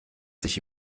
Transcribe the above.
sich